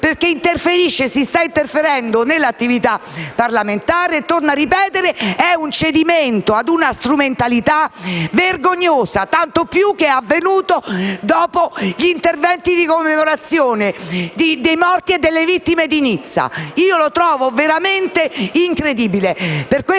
perché si sta interferendo con l'attività parlamentare e questo - torno a ripetere - è un cedimento a una strumentalità vergognosa, tanto più che ciò è avvenuto dopo gli interventi di commemorazione dei morti e delle vittime di Nizza. Lo trovo veramente incredibile.